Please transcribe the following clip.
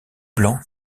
blanc